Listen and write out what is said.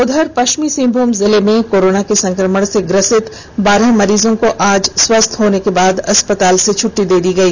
उधर पश्चिमी सिंहभूम जिले में कोरोना के संक्रमण से ग्रसित बारह मरीजों को आज स्वस्थ होने के बाद अस्पताल से छुट्टी दे दी गई